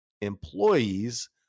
employees